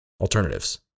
alternatives